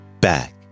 back